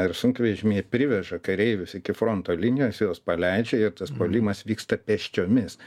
ar sunkvežimiai priveža kareivius iki fronto linijos juos paleidžia ir tas puolimas vyksta pėsčiomis